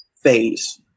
phase